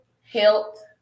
health